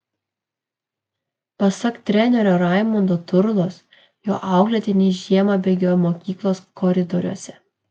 pasak trenerio raimondo turlos jo auklėtiniai žiemą bėgioja mokyklos koridoriuose